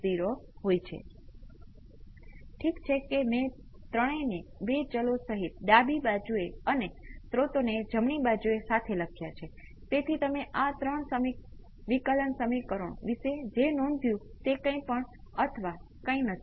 તેથી આ કરવા માટેની બે રીત છે પહેલા તમે જાણો છો કે જો તમારી પાસે સાઇનુસોઈડ હોય તો સોલ્યુશન હંમેશા સાઇન અને કોસ નું રેખીય સંયોજન α cos β sine જેને તમે હંમેશા ઉકેલ તરીકે લઈ શકો છો અને પછી તમે તેને વિકલન સમીકરણમાં ઉમેરો અને અંતે અચળ